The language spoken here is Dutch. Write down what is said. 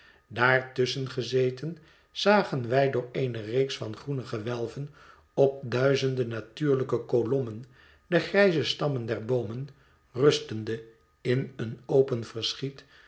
daar tusschen gezeten zagen wij door eene reeks van groene gewelven op duizenden natuurlijke kolommen de grijze stammen der boomen rustende in een open verschiet